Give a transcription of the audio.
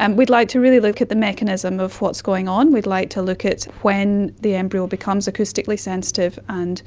and we'd like to really look at the mechanism of what's going on. we'd like to look at when the embryo becomes acoustically sensitive and